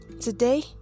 Today